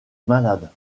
malades